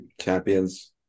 champions